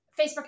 Facebook